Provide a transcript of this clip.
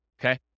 okay